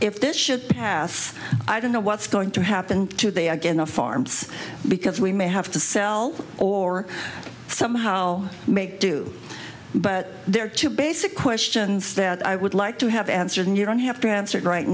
if this should pass i don't know what's going to happen today again the farms because we may have to sell or somehow make do but there are two basic questions that i would like to have answered and you don't have to answer it right